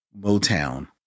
Motown